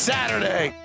Saturday